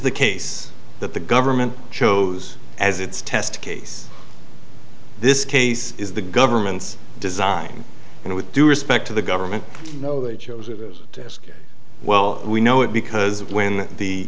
the case that the government chose as its test case this case is the government's design and with due respect to the government no they chose it is to ask well we know it because when